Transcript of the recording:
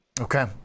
Okay